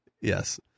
Yes